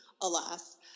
alas